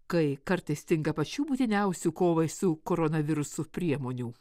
kai kartais stinga pačių būtiniausių kovai su koronavirusu priemonių